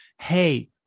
hey